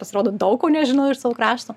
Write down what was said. pasirodo daug ko nežinau iš savo krašto